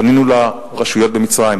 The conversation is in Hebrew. פנינו לרשויות במצרים.